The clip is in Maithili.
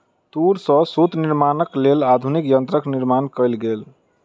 तूर सॅ सूत निर्माणक लेल आधुनिक यंत्रक निर्माण कयल गेल